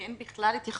אין בכלל התייחסות